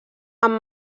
amb